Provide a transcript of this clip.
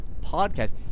podcast